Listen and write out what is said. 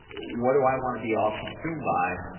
what do i want to be all-consumed by?